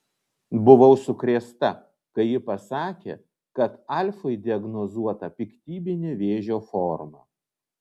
buvau sukrėsta kai ji pasakė kad alfui diagnozuota piktybinė vėžio forma